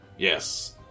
Yes